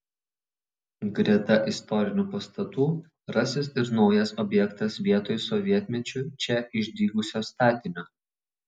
greta istorinių pastatų rasis ir naujas objektas vietoj sovietmečiu čia išdygusio statinio